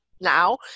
now